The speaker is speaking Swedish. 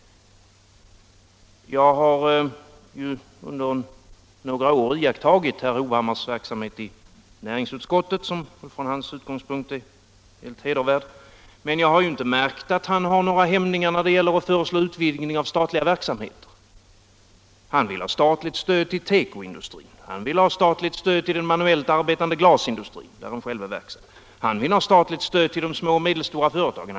Jag har ju under några år iakttagit herr Hovhammars verksamhet i näringsutskottet, en verksamhet som från hans utgångspunkter är hedervärd, men jag har inte märkt att han har några hämningar när det gäller att föreslå utvidgning av statlig verksamhet. Han vill ha statligt stöd till tekoindustrin, han vill ha statligt stöd till den manuellt arbetande glasindustrin där han själv är verksam, han vill ha statligt stöd till de små och medelstora företagen.